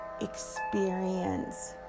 experience